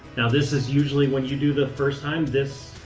now, this is usually when you do the first time, this,